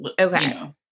Okay